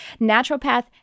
naturopath